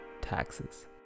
taxes